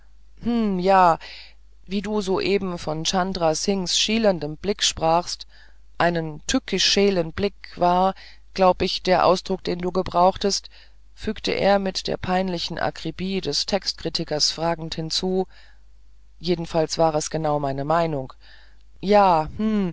ja wie du soeben von chandra singhs schielendem blick sprachst einen tückisch scheelen blick war glaub ich der ausdruck den du gebrauchtest fügte er mit der peinlichen akribie des textkritikers fragend hinzu jedenfalls war es genau meine meinung ja hm